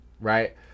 right